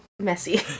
Messy